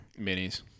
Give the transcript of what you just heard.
minis